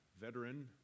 veteran